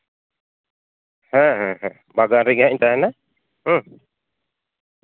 ᱦᱮᱸ ᱦᱮᱸ ᱵᱟᱡᱟᱨ ᱨᱮᱜᱮ ᱦᱟᱸᱜ ᱤᱧ ᱛᱟᱦᱮᱱᱟ ᱦᱮᱸ